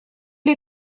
les